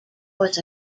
was